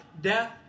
death